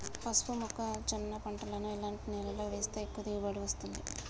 పసుపు మొక్క జొన్న పంటలను ఎలాంటి నేలలో వేస్తే ఎక్కువ దిగుమతి వస్తుంది?